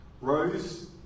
Rose